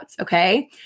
Okay